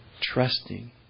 trusting